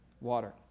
water